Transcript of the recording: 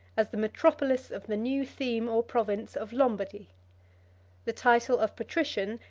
as the metropolis of the new theme or province of lombardy the title of patrician,